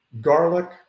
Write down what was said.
garlic